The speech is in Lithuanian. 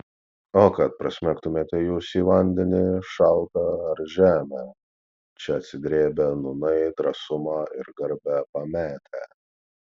o kad prasmegtumėte jūs į vandenį šaltą ar žemę čia atsidrėbę nūnai drąsumą ir garbę pametę